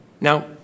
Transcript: Now